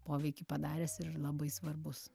poveikį padaręs ir labai svarbus